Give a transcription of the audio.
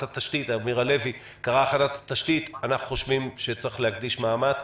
התשתית אנחנו חושבים שצריך להקדיש מאמץ.